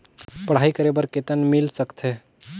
पढ़ाई करे बार कितन ऋण मिल सकथे?